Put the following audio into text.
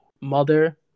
mother